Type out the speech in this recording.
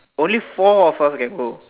only four of us can go